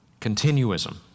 continuism